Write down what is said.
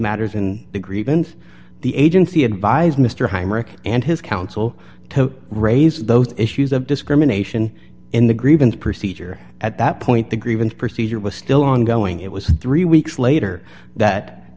matters in the grievance the agency advised mr heinrich and his counsel to raise those issues of discrimination in the grievance procedure at that point the grievance procedure was still ongoing it was three weeks later that